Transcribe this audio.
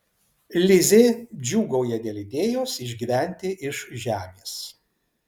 lizė džiūgauja dėl idėjos išgyventi iš žemės